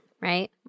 Right